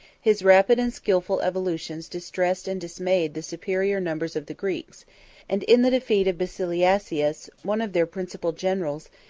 his rapid and skilful evolutions distressed and dismayed the superior numbers of the greeks and in the defeat of basilacius, one of their principal generals,